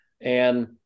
And-